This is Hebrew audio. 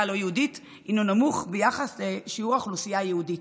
הלא-יהודית הוא נמוך ביחס לשיעור האוכלוסייה היהודית.